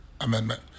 amendment